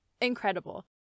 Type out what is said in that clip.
incredible